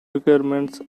requirements